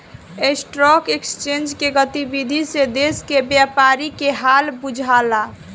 stock exchange के गतिविधि से देश के व्यापारी के हाल बुझला